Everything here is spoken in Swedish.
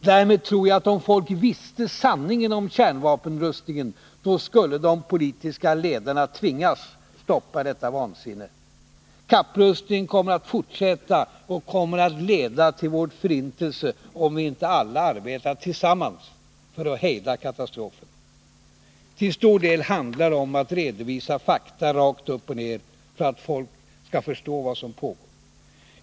Däremot tror jag att om folk visste sanningen om kärnvapenrustningen, så skulle de politiska ledarna tvingas stoppa detta vansinne. Kapprustningen kommer att fortsätta och kommer att leda till vår förintelse, om inte vi alla arbetar tillsammans för att hejda katastrofen. Till stor del handlar det om att redovisa fakta, rakt upp och ner, för att få folk att förstå vad som pågår.